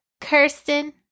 Kirsten